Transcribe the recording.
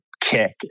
kick